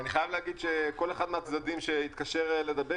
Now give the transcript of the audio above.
אני חייב לומר שכל אחד מהצדדים שהתקשר לדבר